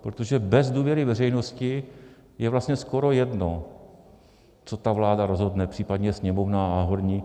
Protože bez důvěry veřejnosti je vlastně skoro jedno, co vláda rozhodne, případně Sněmovna a horní komora.